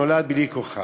נולד בלי כוכב".